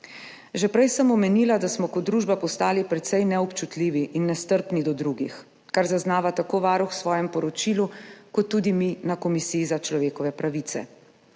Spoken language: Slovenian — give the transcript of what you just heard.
Že prej sem omenila, da smo kot družba postali precej neobčutljivi in nestrpni do drugih, kar zaznava tako Varuh v svojem poročilu kot tudi mi na Komisiji za človekove pravice.